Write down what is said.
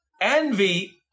Envy